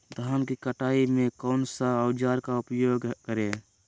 धान की कटाई में कौन सा औजार का उपयोग करे?